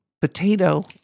potato